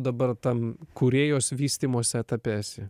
dabar tam kūrėjos vystymosi etape esi